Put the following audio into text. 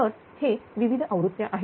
तर हे विविध आवृत्या आहेत